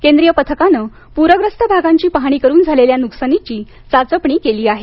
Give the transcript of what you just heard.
केंद्रीय पथकानं पूरग्रस्त भागांची पाहणी करून झालेल्या नुकसानीची चाचपणी केली आहे